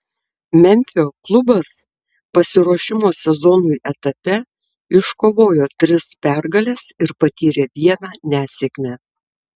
memfio klubas pasiruošimo sezonui etape iškovojo tris pergales ir patyrė vieną nesėkmę